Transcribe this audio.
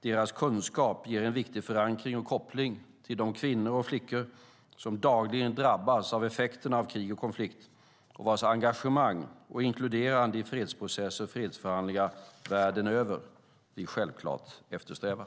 Deras kunskap ger en viktig förankring och koppling till de kvinnor och flickor som dagligen drabbas av effekterna av krig och konflikt och vars engagemang och inkluderande i fredsprocesser och fredsförhandlingar världen över vi självklart eftersträvar.